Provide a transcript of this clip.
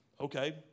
Okay